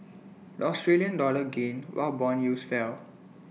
the Australian dollar gained while Bond yields fell